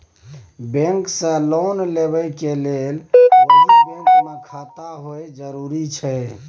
Bank से loan लेबै के लेल वही बैंक मे खाता होय जरुरी छै?